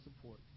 support